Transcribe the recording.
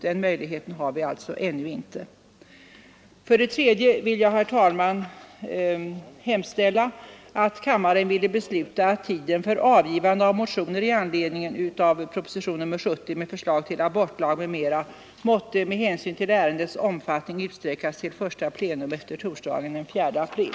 Den möjligheten har vi alltså ännu inte. Herr talman! Jag hemställer att kammaren ville besluta att tiden för avgivande av motioner i anledning av denna proposition måtte med hänsyn till ärendets omfattning utsträckas till första plenum efter torsdagen den 4 april.